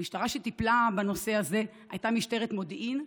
המשטרה שטיפלה בנושא הזה הייתה משטרת מודיעין,